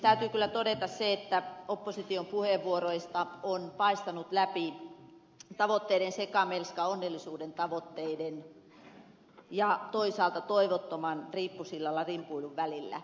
täytyy kyllä todeta se että opposition puheenvuoroista on paistanut läpi tavoitteiden sekamelska onnellisuuden tavoitteiden ja toisaalta toivottoman riippusillalla rimpuilun välillä